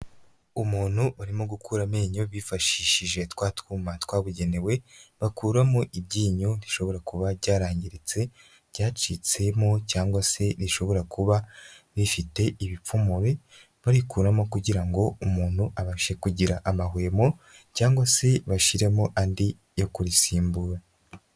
Umuntu urimo gukura amenyo bifashishije tw'utwuma twabugenewe bakuramo iryinyo, rishobora kuba byarangiritse; ryacitsemo cyangwa se rishobora kuba rifite ibipfumure barikuramo kugira ngo umuntu abashe kugira amahwemo cyangwa se bashyiremo andi yo kurisimbura.